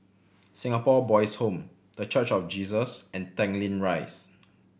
Singapore Boys' Home The Church of Jesus and Tanglin Rise